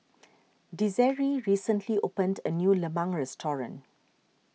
Desiree recently opened a new Lemang restaurant